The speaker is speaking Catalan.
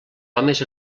homes